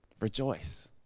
Rejoice